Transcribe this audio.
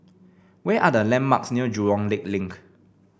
where are the landmarks near Jurong Lake Link